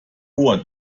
bor